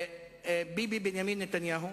ביבי בנימין נתניהו,